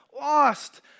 lost